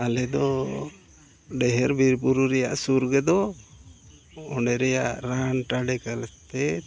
ᱟᱞᱮ ᱫᱚ ᱰᱷᱮᱨ ᱵᱤᱨᱼᱵᱩᱨᱩ ᱨᱮᱭᱟᱜ ᱥᱩᱨ ᱜᱮᱫᱚ ᱚᱸᱰᱮ ᱨᱮᱭᱟᱜ ᱨᱟᱱ ᱴᱟᱸᱰᱮ ᱠᱟᱛᱮᱫ